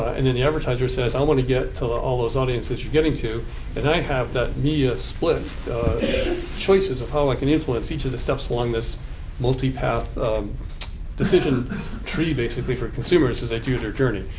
and then, the advertiser says i want to get to all those audiences you're getting to. and i have that media split choices of how i can influence each of the steps along this multipath decision tree basically for consumers as they do their journey.